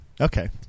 Okay